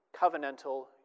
covenantal